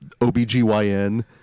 OBGYN